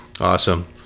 Awesome